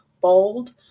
bold